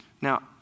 Now